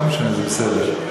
לא משנה, זה בסדר.